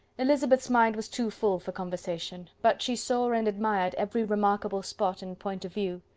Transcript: elizabeth's mind was too full for conversation, but she saw and admired every remarkable spot and point of view.